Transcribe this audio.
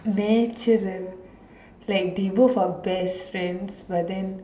natural like they both are best friends but then